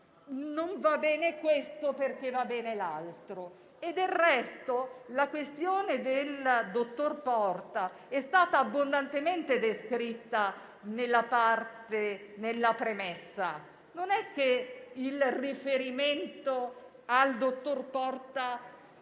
«Non va bene questo, perché va bene l'altro». Del resto, la questione del dottor Porta è stata abbondantemente descritta nella premessa. Non è che il riferimento al dottor Porta